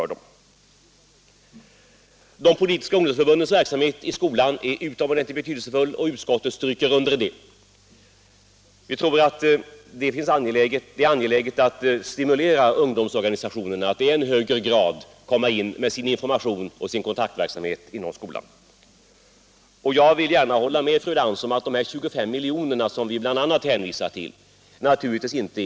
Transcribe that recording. De politiska ungdomsförbundens verksamhet i skolan är utomordentligt betydelsefull, och utskottet stryker under det. Vi tror att det är angeläget att stimulera ungdomsorganisationerna att i än högre grad komma in med information och kontaktverksamhet inom skolan. Jag håller med fru Lantz om att de 25 milj.kr. som vi bl.a. hänvisar till inte räcker.